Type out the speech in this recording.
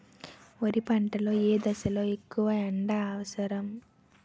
వరి పంట లో ఏ దశ లొ ఎక్కువ ఎండా అవసరం?